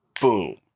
boom